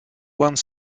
one